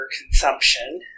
consumption